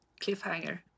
cliffhanger